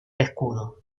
escudo